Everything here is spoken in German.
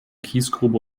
kiesgrube